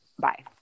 Bye